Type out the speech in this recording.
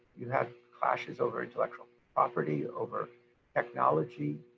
you have clashes over intellectual property, over technology,